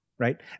Right